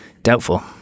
Doubtful